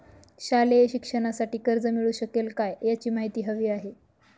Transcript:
शालेय शिक्षणासाठी कर्ज मिळू शकेल काय? याची माहिती हवी आहे